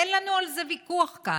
אין לנו על זה ויכוח כאן.